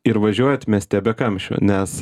ir važiuojat mieste be kamščio nes